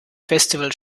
festival